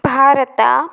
Bharat